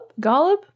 Golub